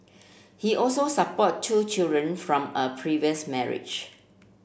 he also support two children from a previous marriage